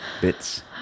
bits